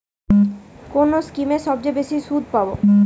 কোন স্কিমে সবচেয়ে বেশি সুদ পাব?